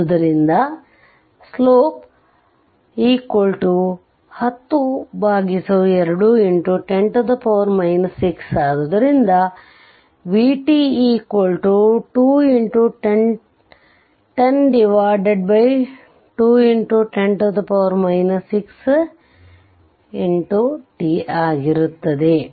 ಆದ್ದರಿಂದ i slope 10 ಆದ್ದರಿಂದ v t 2 x 10x tಆಗಿರುತ್ತದೆ